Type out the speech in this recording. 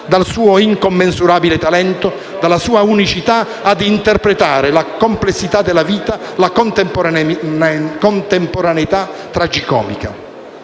dal suo incommensurabile talento, dalla sua unicità a interpretare la complessità della vita, la contemporaneità tragicomica.